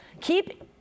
keep